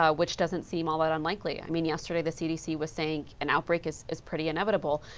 ah which doesn't seem all that unlikely. i mean yesterday the cdc was saying an outbreak is is pretty inevitable.